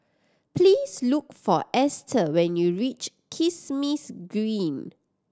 please look for Esta when you reach Kismis Green